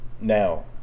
Now